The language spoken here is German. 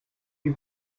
die